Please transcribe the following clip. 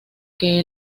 que